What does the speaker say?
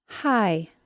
Hi